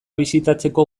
bisitatzeko